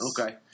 Okay